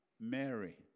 Mary